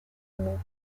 removed